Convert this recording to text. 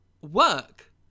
work